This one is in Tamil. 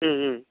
ம் ம்